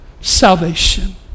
salvation